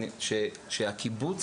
שהקיבוץ,